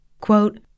Quote